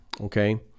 Okay